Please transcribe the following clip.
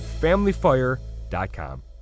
FamilyFire.com